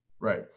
Right